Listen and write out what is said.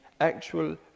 actual